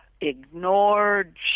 ignored